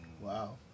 Wow